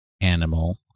animal